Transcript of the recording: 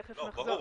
תכף נחזור.